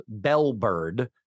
Bellbird